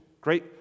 great